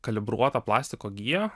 kalibruotą plastiko giją